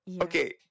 okay